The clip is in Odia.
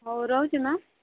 ହଉ ରହୁଛି ମ୍ୟାମ୍